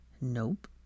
Nope